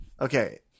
Okay